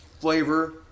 flavor